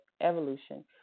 evolution